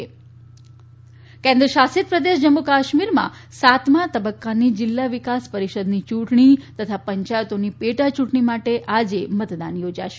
Jammu Kashmir DDC યુંટણી કેન્દ્રશાસિત પ્રદેશ જમ્મુ કાશ્મીરમાં સાતમા તબક્કાની જિલ્લા વિકાસ પરિષદની ચૂંટણી તથા પંચાયતોની પેટાચૂંટણી માટે આજે મતદાન યોજાશે